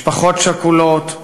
משפחות שכולות,